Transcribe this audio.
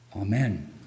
Amen